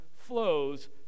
flows